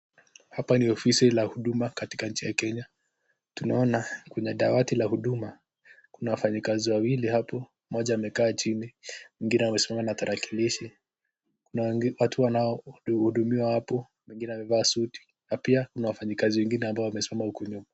Hapa ni ofisi la huduma katika nchini Kenya, tunaona kuna dawati la huduma, kuna wafanyi kazi wawili hapo moja amekaa chini mwingine amesimama na tarakilishi, na watu wanaohudumiwa hapo, wengine wamevaa suti na pia kuna wafanyi wengine ambao wamesimama huku nyuma.